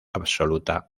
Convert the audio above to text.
absoluta